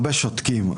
הרבה שותקים.